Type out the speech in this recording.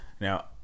Now